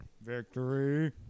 Victory